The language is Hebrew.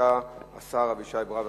השר אבישי ברוורמן,